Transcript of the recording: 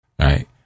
Right